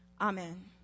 Amen